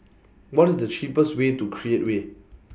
What IS The cheapest Way to Create Way